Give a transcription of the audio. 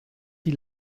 die